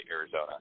Arizona